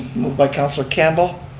moved by councilor campbell,